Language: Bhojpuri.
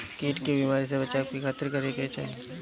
कीट के बीमारी से बचाव के खातिर का करे के चाही?